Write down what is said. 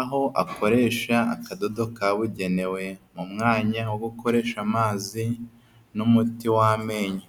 aho akoresha akadodo kabugenewe mu mwanya wo gukoresha amazi, n'umuti w'amenyo.